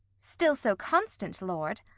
still so constant, lord.